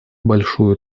большую